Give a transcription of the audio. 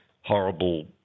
horrible